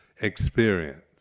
experience